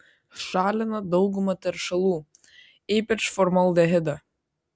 šalina daugumą teršalų ypač formaldehidą